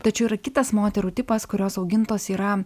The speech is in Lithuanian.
tačiau yra kitas moterų tipas kurios augintos yra